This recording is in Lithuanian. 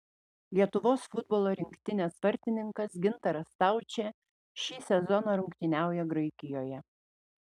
lietuvos futbolo rinktinės vartininkas gintaras staučė šį sezoną rungtyniauja graikijoje